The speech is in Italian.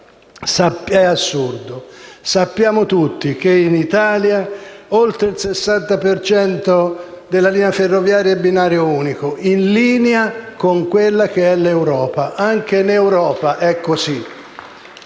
È assurdo. Sappiamo tutti che in Italia oltre il 60 per cento della linea ferroviaria è a binario unico, in linea con l'Europa: anche in Europa è così.